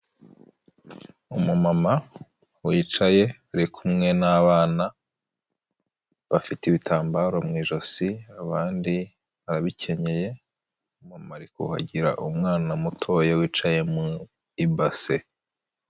Umumama wicaye uri kumwe n'abana bafite ibitambaro mu ijosi, abandi barabikenyeye, umumama ari kuhagira umwana mutoya wicaye mu ibase.